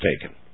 taken